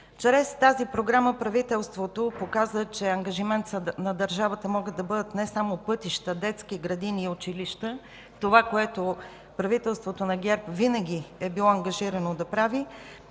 Чрез тази програма правителството показа, че ангажимент на държавата могат да бъдат не само пътища, детски градини и училища – това, което правителството на ГЕРБ винаги е било ангажирано да прави,